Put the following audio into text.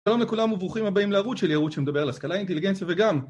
שלום לכולם וברוכים הבאים לערוץ שלי ערוץ שמדבר על השכלה אינטליגנציה וגם